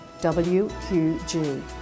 WQG